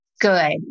good